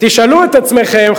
תשאלו את עצמכם,